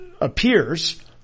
appears